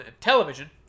television